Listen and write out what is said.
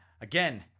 Again